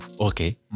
okay